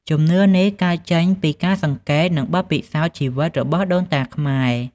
ជំនឿនេះកើតចេញពីការសង្កេត និងបទពិសោធន៍ជីវិតរបស់ដូនតាខ្មែរ។